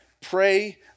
pray